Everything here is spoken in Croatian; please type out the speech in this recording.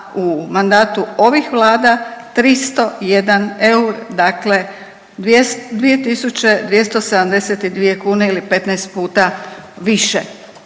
u mandatu ovih vlada 301, dakle 2.272 kune ili 15 puta više.